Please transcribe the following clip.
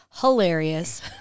hilarious